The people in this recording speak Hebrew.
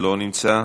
לא נמצא,